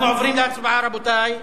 אנחנו עוברים להצבעה, רבותי.